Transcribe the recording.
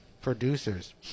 producers